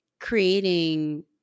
creating